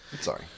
Sorry